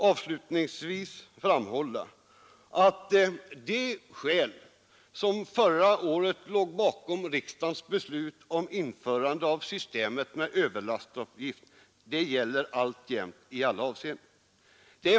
Avslutningsvis vill jag säga att de skäl som förra året låg bakom riksdagens beslut om införande av systemet med överlastavgift gäller i dag i alla avseenden.